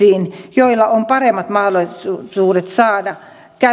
joilla on paremmat mahdollisuudet saada